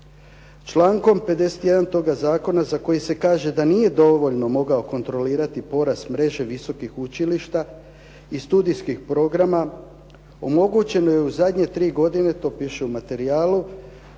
Člankom 51. toga zakona za koji se kaže da nije dovoljno mogao kontrolirati porast mreže visokih učilišta i studijskih programa omogućeno je u zadnje tri godine, to piše u materijalu,